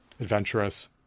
adventurous